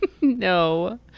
No